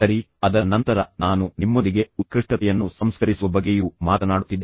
ಸರಿ ಅದರ ನಂತರ ನಾನು ನಿಮ್ಮೊಂದಿಗೆ ಉತ್ಕೃಷ್ಟತೆಯನ್ನು ಸಂಸ್ಕರಿಸುವ ಬಗ್ಗೆಯೂ ಮಾತನಾಡುತ್ತಿದ್ದೆ